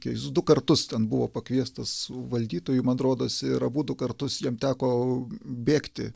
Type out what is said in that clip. jis du kartus ten buvo pakviestas valdytojų man trodos ir abudu kartus jam teko bėgti